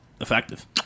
effective